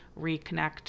reconnect